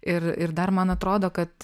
ir ir dar man atrodo kad